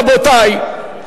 רבותי,